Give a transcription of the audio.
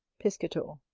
piscator.